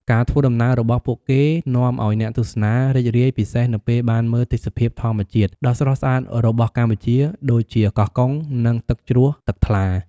ការធ្វើដំណើររបស់ពួកគេនាំឲ្យអ្នកទស្សនារីករាយពិសេសនៅពេលបានមើលទេសភាពធម្មជាតិដ៏ស្រស់ស្អាតរបស់កម្ពុជា ដូចជាកោះកុង និងទឹកជ្រោះទឹកថ្លា។